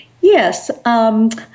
Yes